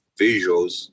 visuals